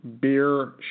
beer